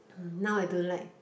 now I don't like